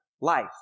life